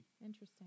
Interesting